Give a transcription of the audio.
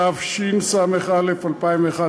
התשס"א 2001,